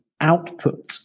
output